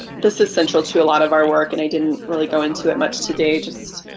this is central to a lot of our work and i didn't really go into it much today just